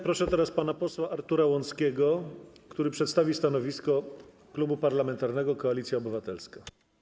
Proszę teraz pana posła Artura Łąckiego, który przedstawi stanowisko Klubu Parlamentarnego Koalicja Obywatelska.